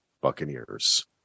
Buccaneers